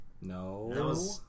No